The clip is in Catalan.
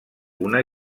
una